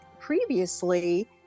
previously